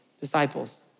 disciples